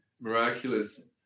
miraculous